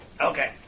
Okay